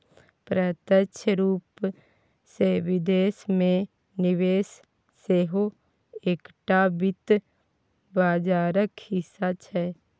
प्रत्यक्ष रूपसँ विदेश मे निवेश सेहो एकटा वित्त बाजारक हिस्सा छै